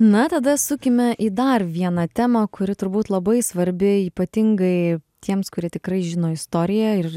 na tada sukime į dar vieną temą kuri turbūt labai svarbi ypatingai tiems kurie tikrai žino istoriją ir